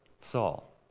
Saul